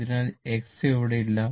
അതിനാൽ X അവിടെ ഇല്ല